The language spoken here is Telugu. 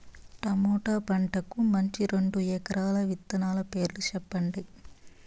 టమోటా పంటకు మంచి రెండు రకాల విత్తనాల పేర్లు సెప్పండి